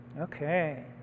Okay